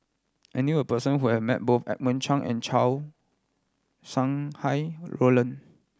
I knew a person who has met both Edmund Cheng and Chow Sau Hai Roland